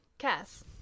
Cass